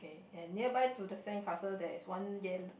and nearby to the sandcastle there is one yellow